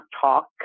talk